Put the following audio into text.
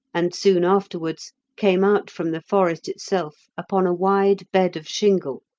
and soon afterwards came out from the forest itself upon a wide bed of shingle,